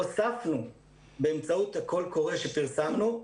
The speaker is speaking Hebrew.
הוספנו באמצעות הקול קורא שפרסמנו,